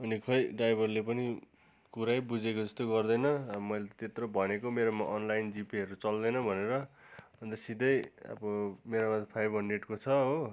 अनि खै ड्राइभरले पनि कुरै बुझेको जस्तो गर्दैन अब मैले त्यत्रो भनेको मेरोमा अनलाइन जिपेहरू चल्दैन भनेर अन्त सिधै अब मेरोमा त फाइभ हन्ड्रेडको छ हो